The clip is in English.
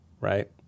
right